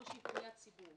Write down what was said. או היא פניית ציבור.